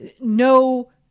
no